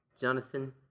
Jonathan